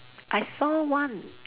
I saw one